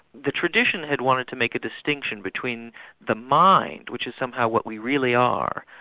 the tradition had wanted to make a distinction between the mind, which is somehow what we really are,